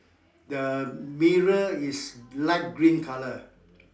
the mirror is light green colour